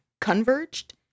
converged